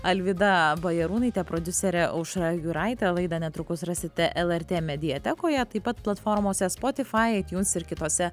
alvyda bajarūnaitė prodiuserė aušra juraitė laidą netrukus rasite lrt mediatekoje taip pat platformose spotifai aitiuns ir kitose